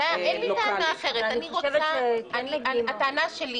אין לי טענה אחרת, אני רוצה, הטענה שלי